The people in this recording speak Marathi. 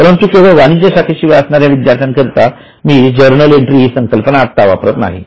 परंतु केवळ वाणिज्य शाखेशिवाय असणाऱ्या विद्यार्थ्यांकरीता मी जर्नल एंट्री ही संकल्पना आत्ता वापरत नाही